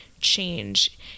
change